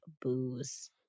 booze